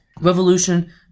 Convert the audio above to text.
Revolution